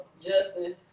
Justin